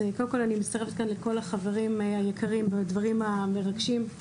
אז קודם כל אני מצטרפת לכל הדברים המרגשים שנאמרו כאן.